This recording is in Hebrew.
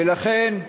ולכן,